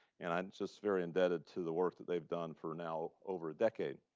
and i'm just very indebted to the work that they've done for now over a decade.